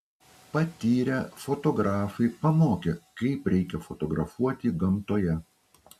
patyrę fotografai pamokė kaip reikia fotografuoti gamtoje